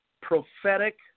prophetic